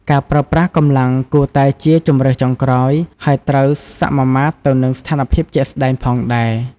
ការប្រើប្រាស់កម្លាំងគួរតែជាជម្រើសចុងក្រោយ ហើយត្រូវសមាមាត្រទៅនឹងស្ថានភាពជាក់ស្តែងផងដែរ។